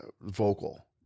vocal